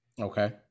Okay